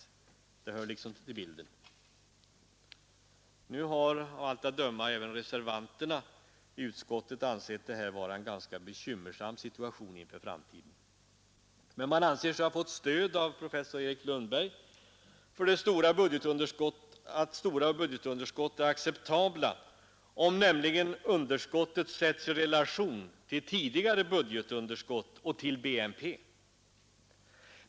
Det hör liksom till bilden Nu har av allt att döma även reservanterna i utskottet funnit det här vara en ganska bekymmersam situation inför framtiden. Men man anser sig ha fått stöd av professor Erik Lundberg för att stora budgetunderskott är acceptabla, om nämligen underskottet sätts i relation till tidigare budgetunderskott och till BNP.